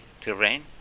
terrain